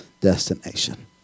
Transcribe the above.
destination